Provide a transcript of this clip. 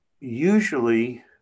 Usually